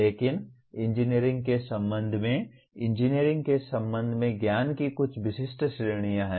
लेकिन इंजीनियरिंग के संबंध में इंजीनियरिंग के संबंध में ज्ञान की कुछ विशिष्ट श्रेणियां हैं